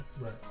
Right